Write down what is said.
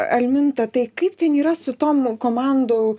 alminta tai kaip ten yra su tom komandų